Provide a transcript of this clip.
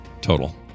total